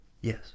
Yes